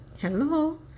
Hello